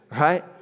right